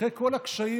אחרי כל הקשיים,